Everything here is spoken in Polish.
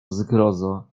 zgrozo